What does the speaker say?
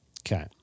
Okay